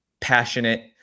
passionate